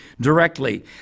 Directly